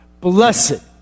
Blessed